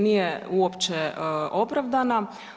Nije uopće opravdana.